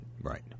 Right